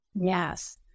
Yes